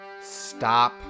stop